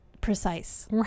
precise